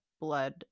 blood